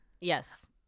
Yes